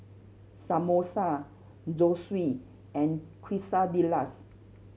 Samosa Zosui and Quesadillas